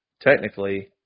technically